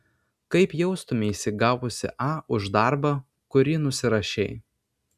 kaip jaustumeisi gavusi a už darbą kurį nusirašei